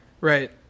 Right